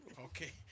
Okay